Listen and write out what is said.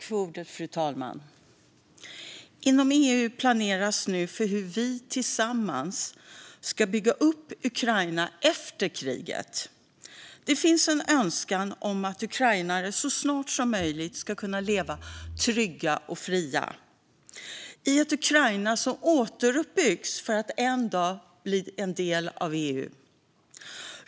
Fru talman! Inom EU planeras nu för hur vi tillsammans ska bygga upp Ukraina efter kriget. Det finns en önskan om att ukrainare så snart som möjligt ska kunna leva trygga och fria i ett Ukraina som återuppbyggs för att en dag bli en del av EU.